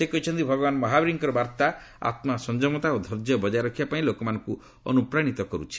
ସେ କହିଛନ୍ତି ଭଗବାନ ମହାବୀରଙ୍କର ବାର୍ତ୍ତା ଆମ୍ସଂଯମତା ଓ ଧୈର୍ଯ୍ୟ ବଜାୟ ରଖିବା ପାଇଁ ଲୋକମାନଙ୍କୁ ଅନୁପ୍ରାଣୀତ କରୁଛି